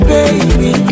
Baby